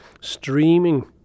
streaming